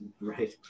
Right